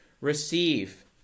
receive